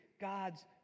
God's